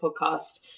podcast